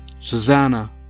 Susanna